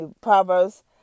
Proverbs